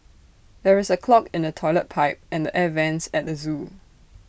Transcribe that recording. there is A clog in the Toilet Pipe and the air Vents at the Zoo